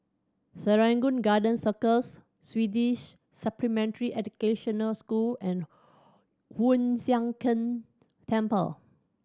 Serangoon Garden Circus Swedish Supplementary Educational School and Hoon Sian Keng Temple